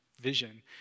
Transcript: vision